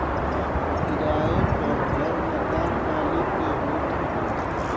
किराए पअ घर मकान मलिक के होत हवे